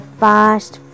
fast